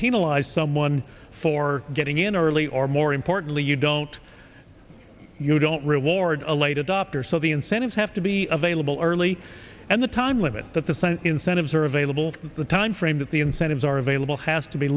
penalize someone for getting in early or more importantly you don't you don't reward a late adopter so the incentives have to be available early and the time limit that the same incentives are available the timeframe that the incentives are available has to be